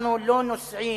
אנחנו לא נוסעים,